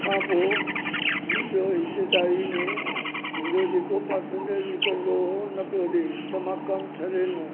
खां पोइ मुंहिंजो हिसेदारी में मुंहिंजो जेको परसेंटेज निकिरंदो हो न पियो ॾिए त मां कमु छ्ॾे ॾिनो